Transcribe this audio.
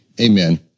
amen